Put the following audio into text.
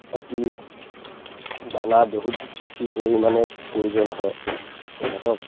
অতি দানা বহুত বেছি পৰিমাণে প্ৰয়োজন হয় সিহঁতক